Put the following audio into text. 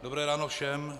Dobré ráno všem.